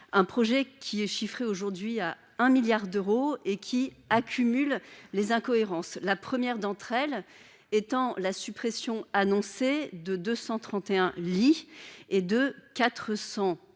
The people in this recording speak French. un projet qui est chiffré aujourd'hui a un milliard d'euros, et qui accumule les incohérences, la première d'entre elles étant la suppression annoncée de 231 l'idée est de 400 postes,